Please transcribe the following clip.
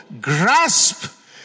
grasp